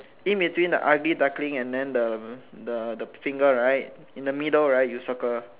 in between the ugly duckling and the the the finger right in the middle right you circle